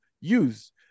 use